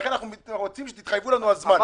לכן אנחנו רוצים שתתחייבו לנו על זמן.